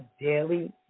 daily